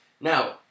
Now